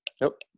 Nope